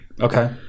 Okay